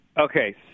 Okay